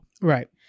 Right